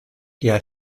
der